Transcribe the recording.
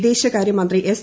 വിദേശകാര്യമന്ത്രി എസ്